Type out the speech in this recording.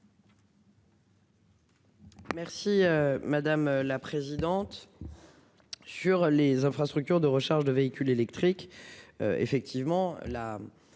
Merci madame la présidente. Sur les infrastructures de recharge de véhicules électriques. Effectivement